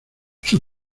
sus